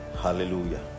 hallelujah